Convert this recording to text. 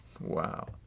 Wow